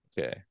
Okay